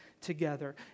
together